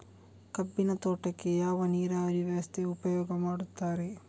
ಕಬ್ಬಿನ ತೋಟಕ್ಕೆ ಯಾವ ನೀರಾವರಿ ವ್ಯವಸ್ಥೆ ಉಪಯೋಗ ಮಾಡುತ್ತಾರೆ?